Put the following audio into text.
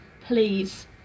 please